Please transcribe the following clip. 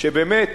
שבאמת